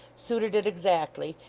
suited it exactly,